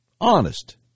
Honest